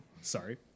sorry